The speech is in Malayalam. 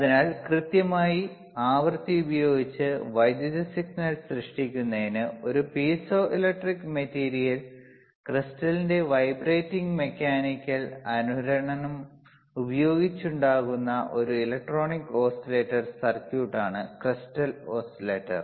അതിനാൽ കൃത്യമായ ആവൃത്തി ഉപയോഗിച്ച് വൈദ്യുത സിഗ്നൽ സൃഷ്ടിക്കുന്നതിന് ഒരു പീസോ ഇലക്ട്രിക് മെറ്റീരിയൽ ക്രിസ്റ്റലിന്റെ വൈബ്രേറ്റിംഗ് മെക്കാനിക്കൽ അനുരണനം ഉപയോഗിച്ചുണ്ടാക്കുന്ന ഒരു ഇലക്ട്രോണിക് ഓസിലേറ്റർ സർക്യൂട്ടാണ് ക്രിസ്റ്റൽ ഓസിലേറ്റർ